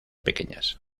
pequeñas